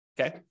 Okay